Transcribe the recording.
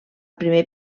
primer